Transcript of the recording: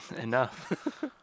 Enough